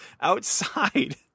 outside